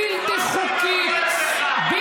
בלתי חוקית, הבנתי מה כואב לך.